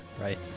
right